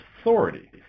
authority